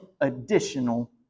additional